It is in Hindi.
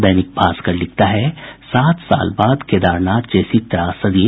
दैनिक भास्कर लिखता है सात साल बाद केदारनाथ जैसी त्रासदी